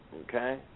okay